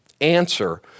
answer